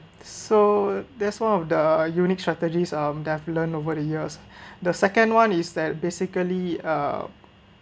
so that's one of the unique strategies uh that’ve learned over the years the second one is that basically uh